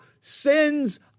sins